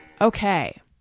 Okay